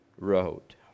wrote